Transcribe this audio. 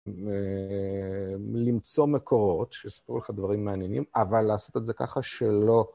למצוא מקורות שיספרו לך דברים מעניינים, אבל לעשות את זה ככה שלא...